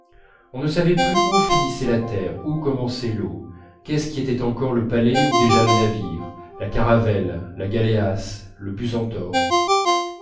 on ne savait plus où finissait la terre où commençait l'eau qu'est-ce qui était encore le palais ou déjà le navire la caravelle la galéasse le